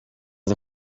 aza